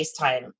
FaceTime